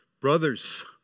Brothers